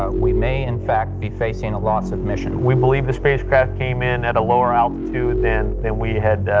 ah we may, in fact, be facing a loss of mission. we believe this spacecraft came in at a lower altitude than than we had